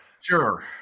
Sure